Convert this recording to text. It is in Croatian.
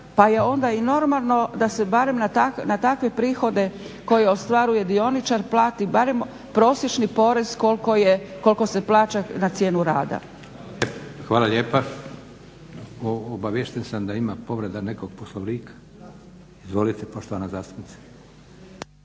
pa je onda i normalno da se barem na takve prihode koje ostvaruje dioničar plati barem prosječni porez koliko se plaća na cijenu rada. **Leko, Josip (SDP)** Hvala lijepa. Obaviješten sam da ima povreda nekog Poslovnika. Izvolite poštovana zastupnice.